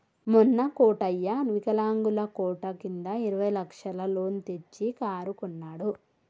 మొన్న కోటయ్య వికలాంగుల కోట కింద ఇరవై లక్షల లోన్ తెచ్చి కారు కొన్నడు